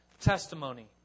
testimony